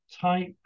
type